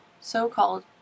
so-called